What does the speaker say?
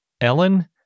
Ellen